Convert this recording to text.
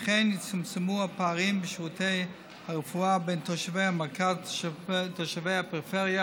וכן יצומצמו הפערים בשירותי הרפואה בין תושבי המרכז לתושבי הפריפריה"